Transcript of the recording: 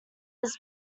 his